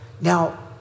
Now